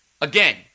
again